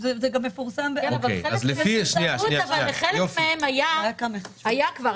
וזה גם מפורסם --- אבל חלק מהם היה כבר.